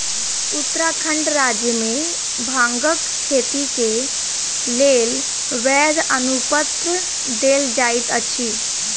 उत्तराखंड राज्य मे भांगक खेती के लेल वैध अनुपत्र देल जाइत अछि